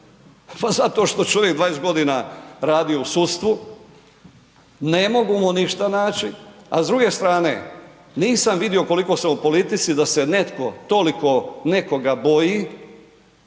Pa zato što je čovjek 20 godina radio u sudstvu, ne mogu mu ništa naći. A s druge strane, nisam vidio koliko sam u politici da se netko toliko nekoga boji,